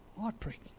Heartbreaking